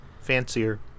fancier